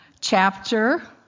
chapter